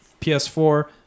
PS4